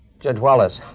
judge wallace,